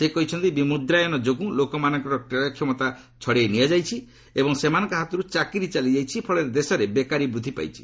ସେ କହିଛନ୍ତି ବିମୁଦ୍ରାୟନ ଯୋଗୁଁ ଲୋକମାନଙ୍କର କ୍ୟ କ୍ଷମତା ଛଡ଼ାଇ ନିଆଯାଇଛି ଏବଂ ସେମାନଙ୍କ ହାତର୍ତ ଚାକିରି ଚାଲିଯାଇଛି ଫଳରେ ଦେଶରେ ବେକାରୀ ବୃଦ୍ଧି ପାଇଛି